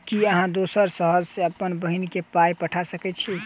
की अहाँ दोसर शहर सँ अप्पन बहिन केँ पाई पठा सकैत छी?